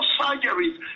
surgeries